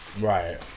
Right